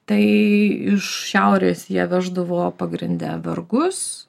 tai iš šiaurės jie veždavo pagrinde vergus